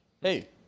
Hey